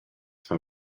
far